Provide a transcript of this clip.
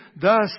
thus